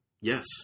Yes